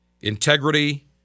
integrity